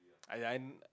as in and